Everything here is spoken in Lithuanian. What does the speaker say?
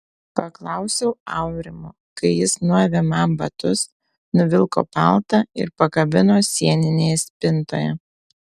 paklausiau aurimo kai jis nuavė man batus nuvilko paltą ir pakabino sieninėje spintoje